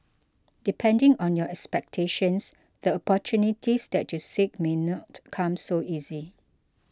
depending on your expectations the opportunities that you seek may not come so easy